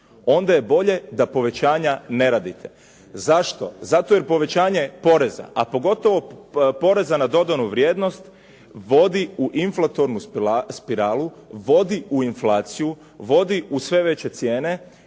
onda je bolje da povećanja ne radite. Zašto? Zato jer povećanje poreza a pogotovo poreza na dodanu vrijednost vodi u inflatornu spiralu, vodi u inflaciju, vodi u sve veće cijene,